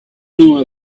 know